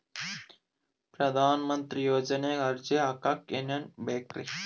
ಪ್ರಧಾನಮಂತ್ರಿ ಯೋಜನೆಗೆ ಅರ್ಜಿ ಹಾಕಕ್ ಏನೇನ್ ಬೇಕ್ರಿ?